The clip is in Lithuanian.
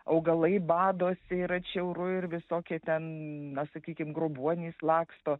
augalai badosi ir atšiauru ir visokie ten na sakykim grobuonys laksto